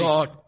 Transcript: God